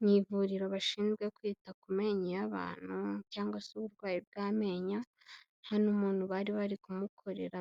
Mu ivuriro bashinzwe kwita ku menyo y'abantu cyangwa se uburwayi bw'amenyo, hano umuntu bari bari kumukorera